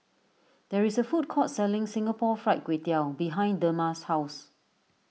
there is a food court selling Singapore Fried Kway Tiao behind Dema's house